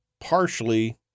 partially